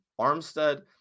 Armstead